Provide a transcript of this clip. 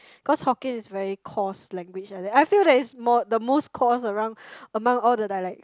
cause Hokkien is very coarse language like that I feel that it's more the most coarse around among all the dialects